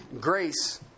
Grace